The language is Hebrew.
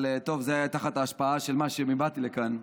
אבל טוב, זה היה תחת ההשפעה שאיתה באתי לכאן,